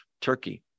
turkey